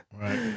right